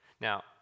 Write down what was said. now